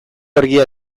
argia